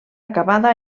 acabada